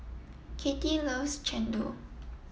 Kattie loves Chendol